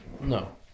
No